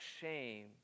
shame